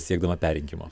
siekdama perrinkimo